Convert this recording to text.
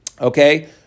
Okay